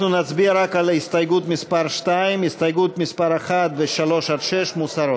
אנחנו נצביע רק על הסתייגות מס' 2. הסתייגות מס' 1 ו-3 6 מוסרות.